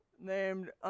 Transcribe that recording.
named